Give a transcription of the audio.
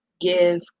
give